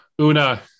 una